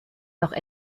noch